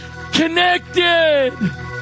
connected